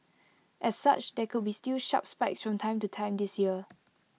as such there could be still sharp spikes from time to time this year